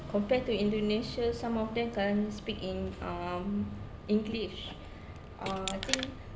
compare to indonesia some of them can't speak in um english uh I think